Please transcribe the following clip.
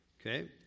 Okay